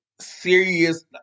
serious –